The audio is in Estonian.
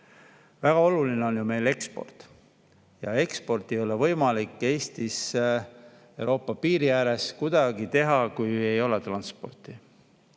Väga oluline on meil ju eksport, kuid eksporti ei ole võimalik Eestis, Euroopa piiri ääres kuidagi teha, kui ei ole transporti.